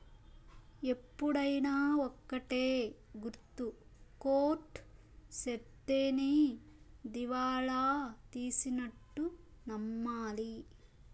ఎప్పుడైనా ఒక్కటే గుర్తు కోర్ట్ సెప్తేనే దివాళా తీసినట్టు నమ్మాలి